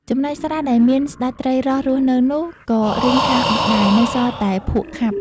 ចំណែកស្រះ ដែលមានស្តេចត្រីរ៉ស់រស់នៅនោះ ក៏រីងខះអស់ដែរ នៅសល់តែភក់ខាប់។